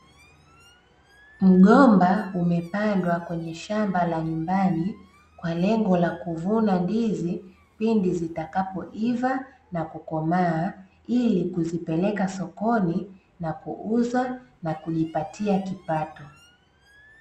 Mgomba umepandwa kwenye shamba la nyumbani, kwa lengo la kuvuna ndizi pindi zitakapoiva na kukomaa, ili kuzipeleka sokoni, na kuuza na kujipatia kipato.